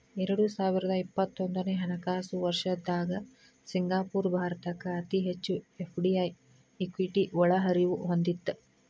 ಎರಡು ಸಾವಿರದ ಇಪ್ಪತ್ತೊಂದನೆ ಹಣಕಾಸು ವರ್ಷದ್ದಾಗ ಸಿಂಗಾಪುರ ಭಾರತಕ್ಕ ಅತಿ ಹೆಚ್ಚು ಎಫ್.ಡಿ.ಐ ಇಕ್ವಿಟಿ ಒಳಹರಿವು ಹೊಂದಿತ್ತ